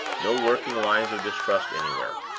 no lurking lines of distrust anywhere.